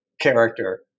character